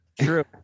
True